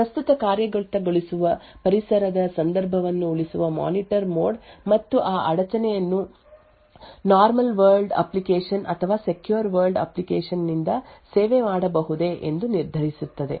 ಪ್ರಸ್ತುತ ಕಾರ್ಯಗತಗೊಳಿಸುವ ಪರಿಸರದ ಸಂದರ್ಭವನ್ನು ಉಳಿಸುವ ಮಾನಿಟರ್ ಮೋಡ್ ಮತ್ತು ಆ ಅಡಚಣೆಯನ್ನು ನಾರ್ಮಲ್ ವರ್ಲ್ಡ್ ಅಪ್ಲಿಕೇಶನ್ ಅಥವಾ ಸೆಕ್ಯೂರ್ ವರ್ಲ್ಡ್ ಅಪ್ಲಿಕೇಶನ್ ನಿಂದ ಸೇವೆ ಮಾಡಬಹುದೇ ಎಂದು ನಿರ್ಧರಿಸುತ್ತದೆ